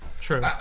True